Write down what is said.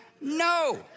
No